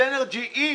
"סינרג'י",